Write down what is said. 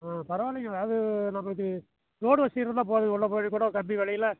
ஆ பரவாயில்லைங்க அதாவது நம்மளுக்கு ரோடு வசதி இருந்தால் போதும் உள்ள போயிக் கூட கம்மி விலையில